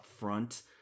upfront